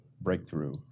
breakthrough